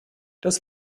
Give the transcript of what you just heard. das